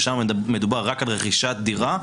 כששם מדובר רק על רכישת דירה,